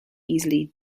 easily